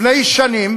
לפני שנים